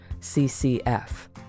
C-C-F